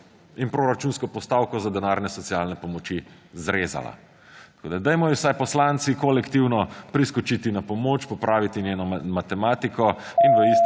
in proračunsko postavko za denarne socialne pomoči izrezala. Dajmo ji vsaj poslanci kolektivno priskočiti na pomoč, popraviti njeno matematiko in v istem